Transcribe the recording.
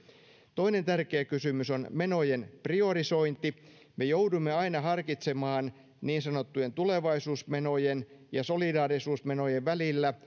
toinen tärkeä kysymys on menojen priorisointi me joudumme aina harkitsemaan niin sanottujen tulevaisuusmenojen ja solidaarisuusmenojen välillä